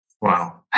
Wow